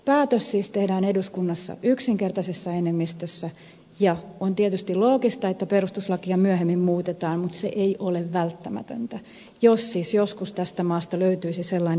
päätös siis tehdään eduskunnassa yksinkertaisella enemmistöllä ja on tietysti loogista että perustuslakia myöhemmin muutetaan mutta se ei ole välttämätöntä jos siis joskus tästä maasta löytyisi sellainen enemmistö joka moista haluaisi